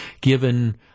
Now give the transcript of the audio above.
given